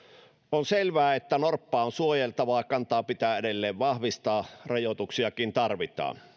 on selvää että norppaa on suojeltava kantaa pitää edelleen vahvistaa rajoituksiakin tarvitaan